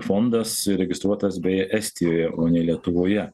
fondas įregistruotas beje estijoje o ne lietuvoje